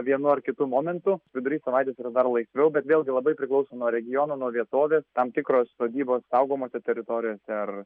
vienu ar kitu momentu vidury savaitės yra dar laisviau bet vėlgi labai priklauso nuo regiono nuo vietovės tam tikros sodybos saugomose teritorijose ar